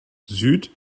süd